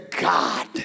God